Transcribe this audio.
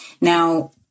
Now